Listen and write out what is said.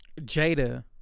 jada